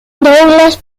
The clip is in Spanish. douglas